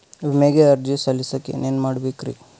ವಿಮೆಗೆ ಅರ್ಜಿ ಸಲ್ಲಿಸಕ ಏನೇನ್ ಮಾಡ್ಬೇಕ್ರಿ?